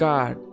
God